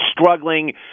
struggling